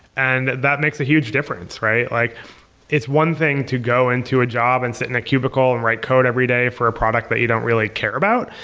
and that makes a huge difference, right? like it's one thing to go into a job and sit in a cubicle and write code every day for a product that you don't really care about,